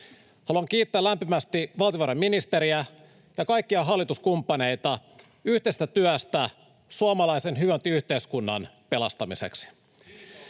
Haluan kiittää lämpimästi valtiovarainministeriä ja kaikkia hallituskumppaneita yhteisestä työstä suomalaisen hyvinvointiyhteiskunnan pelastamiseksi.